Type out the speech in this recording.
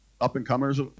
up-and-comers